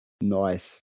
Nice